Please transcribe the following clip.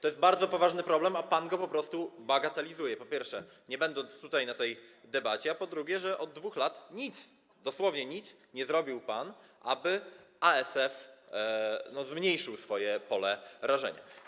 To jest bardzo poważny problem, a pan go po prostu bagatelizuje - po pierwsze, nie będąc na tej debacie, a po drugie, od 2 lat nic, dosłownie nic pan nie zrobił, aby ASF zmniejszył swoje pole rażenia.